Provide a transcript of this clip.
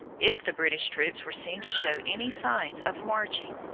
if the british troops were seen to show any signs of marching.